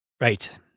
right